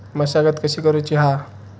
मशागत कशी करूची हा?